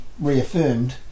reaffirmed